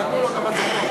ונתנו לו גם בצפון.